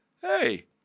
Hey